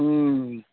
हूँ